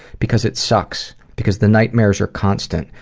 because it sucks. because the nightmares are constant.